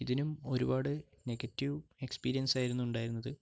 ഇതിനും ഒരുപാട് negative experience ആയിരുന്നു ഉണ്ടാരുന്നത്